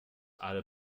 alle